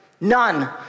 none